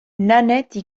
nanette